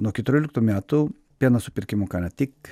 nuo keturioliktų metų pieno supirkimo kaina tik